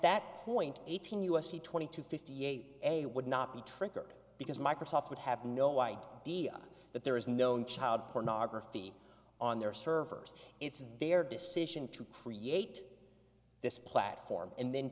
that point eighteen u s c twenty two fifty eight a would not be triggered because microsoft would have no idea that there is known child pornography on their servers it's their decision to create this platform and then